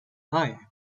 hei